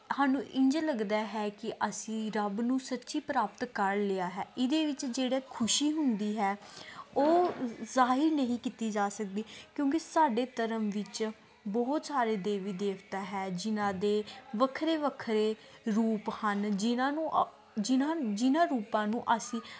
ਸਾਨੂੰ ਇੰਝ ਲੱਗਦਾ ਹੈ ਕਿ ਅਸੀਂ ਰੱਬ ਨੂੰ ਸੱਚੀ ਪ੍ਰਾਪਤ ਕਰ ਲਿਆ ਹੈ ਇਹਦੇ ਵਿੱਚ ਜਿਹੜੇ ਖੁਸ਼ੀ ਹੁੰਦੀ ਹੈ ਉਹ ਜ਼ਾਹਿਰ ਨਹੀਂ ਕੀਤੀ ਜਾ ਸਕਦੀ ਕਿਉਂਕਿ ਸਾਡੇ ਧਰਮ ਵਿੱਚ ਬਹੁਤ ਸਾਰੇ ਦੇਵੀ ਦੇਵਤਾ ਹੈ ਜਿਹਨਾਂ ਦੇ ਵੱਖਰੇ ਵੱਖਰੇ ਰੂਪ ਹਨ ਜਿਹਨਾਂ ਨੂੰ ਜਿਹਨਾਂ ਨੂੰ ਜਿਹਨਾਂ ਰੂਪਾਂ ਨੂੰ ਅਸੀਂ